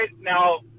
Now